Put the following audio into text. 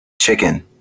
chicken